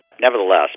Nevertheless